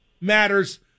matters